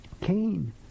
Cain